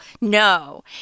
No